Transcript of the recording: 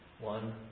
One